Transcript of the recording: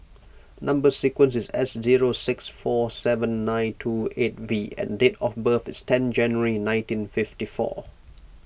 Number Sequence is S zero six four seven nine two eight V and date of birth is ten January nineteen fifty four